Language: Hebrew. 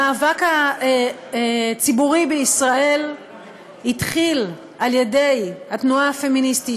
המאבק הציבורי בישראל התחיל על ידי התנועה הפמיניסטית,